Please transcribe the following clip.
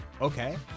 Okay